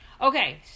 Okay